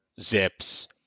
Zips